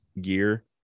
gear